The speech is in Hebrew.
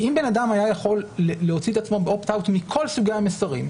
כי אם אדם היה יכול להוציא עצמו באופט אאוט מכל סוגי המסרים,